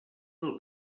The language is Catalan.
del